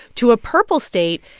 to a purple state,